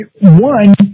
one